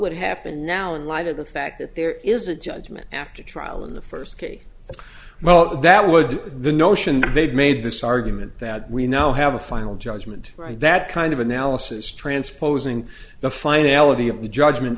would happen now in light of the fact that there is a judgment after a trial in the first case as well that would the notion they've made this argument that we now have a final judgment right that kind of analysis transposing the finality of the judgment